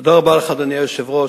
אדוני היושב-ראש,